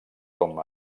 com